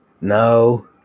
No